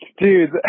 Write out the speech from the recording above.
Dude